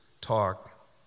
talk